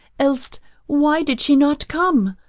else why did she not come?